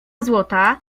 złota